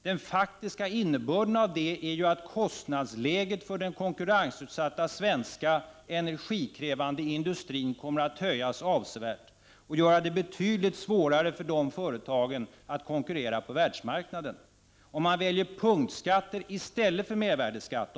Den faktiska innebörden av det är ju att kostnadsläget för den konkurrensutsatta svenska energikrävande industrin kommer att höjas avsevärt och göra det betydligt svårare för dessa företag att konkurrera på världsmarknaden, om man väljer punktskatter i stället för mervärdesskatt.